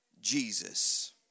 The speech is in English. Jesus